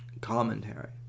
commentary